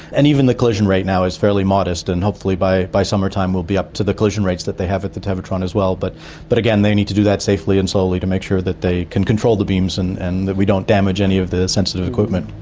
and even the collision rate now is fairly modest, and hopefully by by summertime we'll be up to the collision rates that they have at the tevatron as well. but but again, they need to do that safely and slowly to make sure that they can control the beams and and that we don't damage any of the sensitive equipment.